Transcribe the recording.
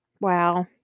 Wow